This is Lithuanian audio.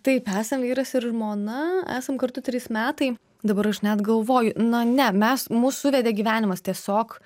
taip esam vyras ir žmona esam kartu trys metai dabar aš net galvoju na ne mes mus suvedė gyvenimas tiesiog